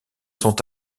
sont